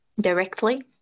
directly